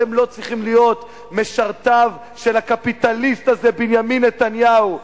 אתם לא צריכים להיות משרתיו של הקפיטליסט הזה בנימין נתניהו,